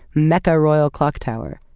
makkah royal clock tower,